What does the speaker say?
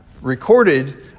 recorded